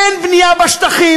אין בנייה בשטחים,